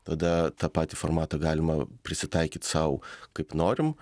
tada tą patį formatą galima prisitaikyt sau kaip norim